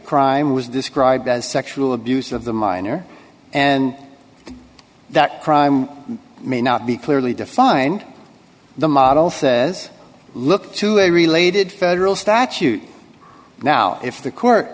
crime was described as sexual abuse of the minor and that crime may not be clearly defined the model says look to a related federal statute now if the court